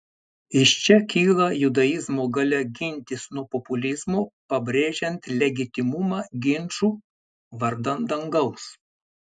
iš čia kyla judaizmo galia gintis nuo populizmo pabrėžiant legitimumą ginčų vardan dangaus